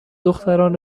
دختران